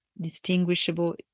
distinguishable